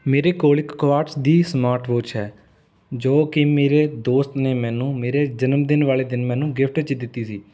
ਮੇਰੇ ਕੋੋਲ ਇੱਕ ਕੁਆਰਟਜ਼ ਦੀ ਸਮਾਰਟ ਵਾਚ ਹੈ ਜੋ ਕਿ ਮੇਰੇ ਦੋਸਤ ਨੇ ਮੈਨੂੰ ਮੇਰੇ ਜਨਮ ਦਿਨ ਵਾਲੇ ਦਿਨ ਮੈਨੂੰ ਗਿਫ਼ਟ 'ਚ ਦਿੱਤੀ ਸੀ